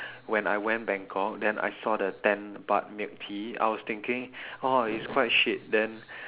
when I went Bangkok then I saw the ten baht milk tea I was thinking oh it's quite shit then